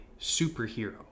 superhero